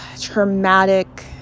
traumatic